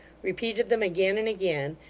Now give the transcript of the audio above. repeated them again and again,